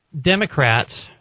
Democrats